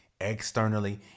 externally